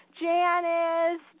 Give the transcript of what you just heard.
Janice